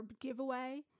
giveaway